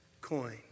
coin